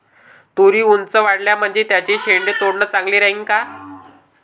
तुरी ऊंच वाढल्या म्हनजे त्याचे शेंडे तोडनं चांगलं राहीन का?